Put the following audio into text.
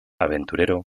aventurero